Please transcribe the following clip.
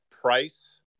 price